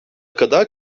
kadar